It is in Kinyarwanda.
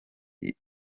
iri